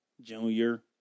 Junior